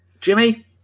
Jimmy